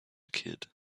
kid